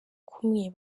kumwe